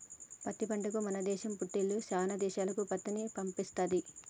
పత్తి పంటకు మన దేశం పుట్టిల్లు శానా దేశాలకు పత్తిని పంపిస్తది